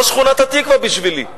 זו שכונת התקווה בשבילי.